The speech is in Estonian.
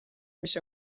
mis